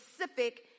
specific